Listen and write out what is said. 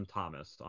Thomas